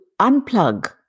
unplug